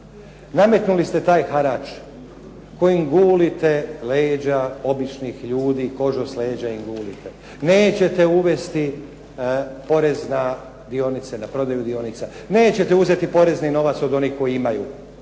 Nametnuli ste taj harač kojim gulite leđa običnih ljudi, kožu s leđa im gulite. Nećete uvesti porez na dionice, na prodaju dionica. Nećete uzeti porezni novac od onih koji imaju.